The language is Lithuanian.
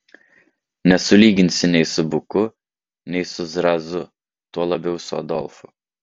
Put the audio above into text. nesulyginsi nei su buku nei su zrazu tuo labiau su adolfu